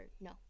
no